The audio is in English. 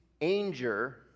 Anger